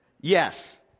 Yes